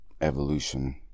Evolution